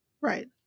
Right